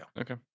Okay